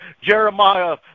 Jeremiah